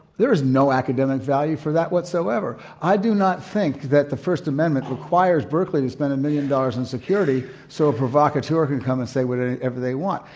there is no academic value for that whatsoever. i do not think that the first amendment requires berkeley to spend one and million dollars in security so a provocateur can come and say whatever they want.